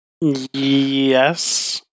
Yes